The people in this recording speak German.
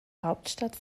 hauptstadt